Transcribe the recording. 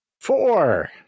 four